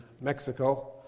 Mexico